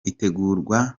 itegurwa